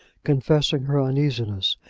confessing her uneasiness,